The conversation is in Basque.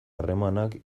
harremanak